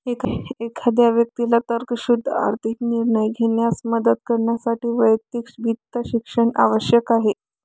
एखाद्या व्यक्तीला तर्कशुद्ध आर्थिक निर्णय घेण्यास मदत करण्यासाठी वैयक्तिक वित्त शिक्षण आवश्यक आहे